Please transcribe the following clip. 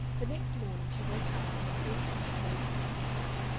the next morning she went out with her post-office savings bank-book,